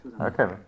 Okay